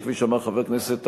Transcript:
כפי שאמר חבר הכנסת אריאל,